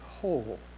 hole